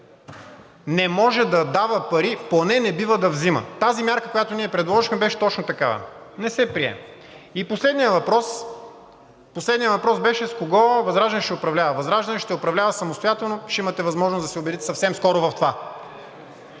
не може да дава пари, поне не бива да взима. Тази мярка, която ние предложихме, беше точно такава, не се прие. Последният въпрос беше с кого ВЪЗРАЖДАНЕ ще управлява? ВЪЗРАЖДАНЕ ще управлява самостоятелно, ще имате възможност да се убедите съвсем скоро в това.